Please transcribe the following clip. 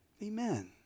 Amen